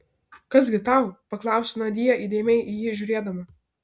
kas gi tau paklausė nadia įdėmiai į jį žiūrėdama